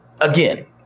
Again